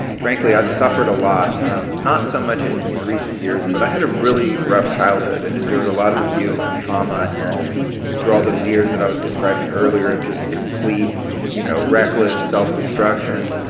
frankly, i've suffered a lot. um not so much in in recent years, but i had a really rough childhood and endured a lot of abuse and trauma, and through all those years that i was describing earlier of just complete you know reckless, self destruction,